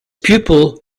pupil